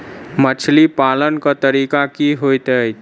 मछली पालन केँ तरीका की होइत अछि?